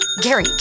Gary